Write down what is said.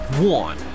One